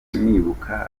nibuka